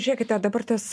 žiūrėkite dabar tas